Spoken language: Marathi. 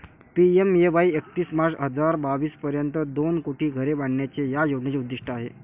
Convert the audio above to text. पी.एम.ए.वाई एकतीस मार्च हजार बावीस पर्यंत दोन कोटी घरे बांधण्याचे या योजनेचे उद्दिष्ट आहे